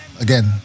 again